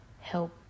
help